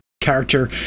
character